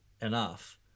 enough